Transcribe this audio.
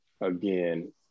again